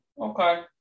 Okay